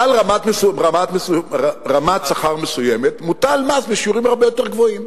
מעל רמת שכר מסוימת מוטל על השכר מס בשיעורים הרבה יותר גבוהים.